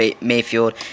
Mayfield